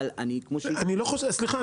אבל --- סליחה,